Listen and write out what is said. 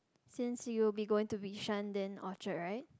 since you will be going to Bishan then Orchard right